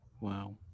wow